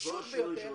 מה השינוי שרצית?